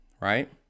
Right